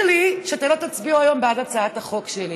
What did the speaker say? לי שאתם לא תצביעו היום בעד הצעת החוק שלי.